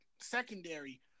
secondary